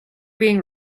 being